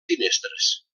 finestres